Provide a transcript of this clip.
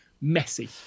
messy